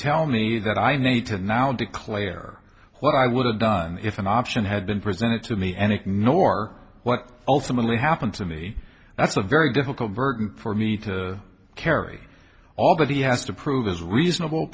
tell me that i need to now declare what i would have done if an option had been presented to me and ignore what ultimately happened to me that's a very difficult burden for me to carry all that he has to prove is reasonable